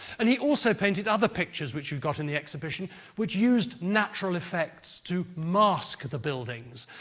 and he also painted other pictures which we've got in the exhibition which used natural effects to mask the buildings.